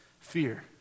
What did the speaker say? fear